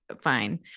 fine